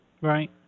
Right